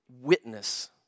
witness